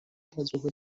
تجربه